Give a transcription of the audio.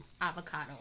avocado